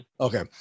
Okay